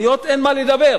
עניות אין מה לדבר,